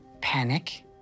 panic